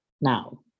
now